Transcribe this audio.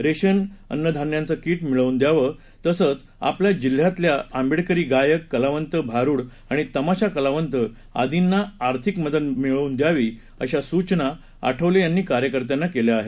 ration अन्नधान्याचं kit मिळवून द्यावं तसंच आपल्या जिल्ह्यातल्या आंबेडकरी गायक कलावंत भारुड आणि तमाशा कलावंत आदींना आर्थिक मदत मिळवून द्यावी अशा सूचना आठवले यांनी कार्यकर्त्याना केल्या आहेत